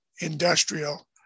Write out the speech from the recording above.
industrial